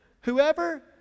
whoever